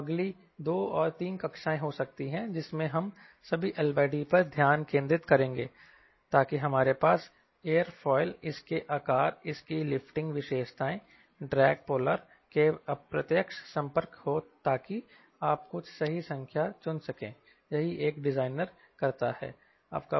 तो अगली दो और तीन कक्षाएं हो सकती है जिसमें हम सभी LD पर ध्यान केंद्रित करेंगे ताकि हमारे पास एरोफोइलइसके आकार इसकी लिफ्टिंग विशेषताएं ड्रैग पोलर के अप्रत्यक्ष संपर्क हो ताकि आप कुछ सही संख्या चुनसकें यही एक डिजाइनर करता है